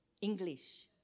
English